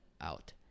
out